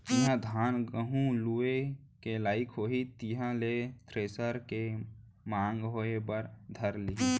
जिहॉं धान, गहूँ लुए के लाइक होही तिहां ले थेरेसर के मांग होय बर धर लेही